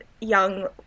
young